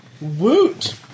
Woot